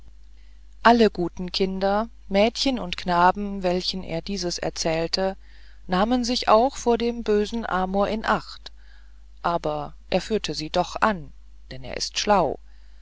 alle guten kinder mädchen und knaben welchen er dieses erzählte nahmen sich auch vor dem bösen amor in acht aber er führte sie doch an denn er ist schlau